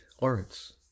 Lawrence